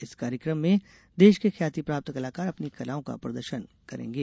इस कार्यक्रम में देश के ख्याती प्राप्त कलाकार अपनी कलाओं का प्रदर्शन करेंगे